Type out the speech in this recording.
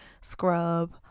scrub